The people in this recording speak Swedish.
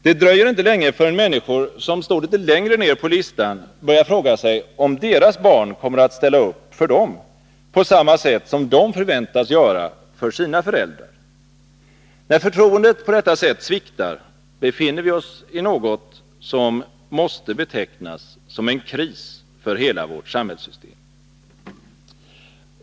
Det dröjer inte länge förrän människor, som står litet längre ner på listan, börjar fråga sig om deras barn kommer att ställa upp för dem på samma sätt som de förväntas göra för sina föräldrar. När förtroendet på detta sätt sviktar, befinner vi oss i något som måste betecknas som en kris för hela vårt samhällssystem.